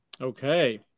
Okay